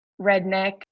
redneck